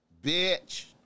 bitch